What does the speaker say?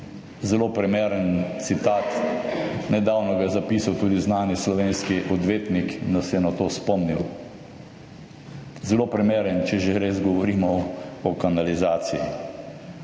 Zelo primeren citat, nedavno ga je zapisal tudi znani slovenski odvetnik, nas je na to spomnil. Zelo primeren, če že res govorimo o kanalizaciji,